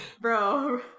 bro